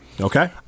Okay